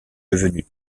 devenue